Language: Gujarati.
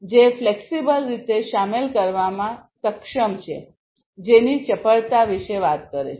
જે ફ્લેક્સિબલ રીતે શામેલ કરવામાં સક્ષમ છે જેની ચપળતા વિશે વાત કરે છે